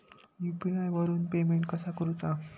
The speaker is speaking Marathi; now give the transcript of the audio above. यू.पी.आय वरून पेमेंट कसा करूचा?